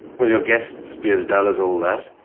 will your guests be as dull as all that?